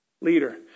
leader